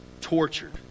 tortured